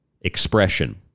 expression